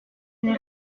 n’ai